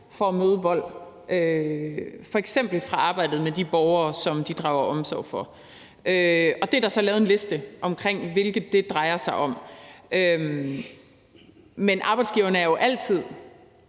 for at møde vold, f.eks. i arbejdet med de borgere, som de drager omsorg for. Og der er så lavet en liste over, hvilke det drejer sig om. Men arbejdsgiverne er altid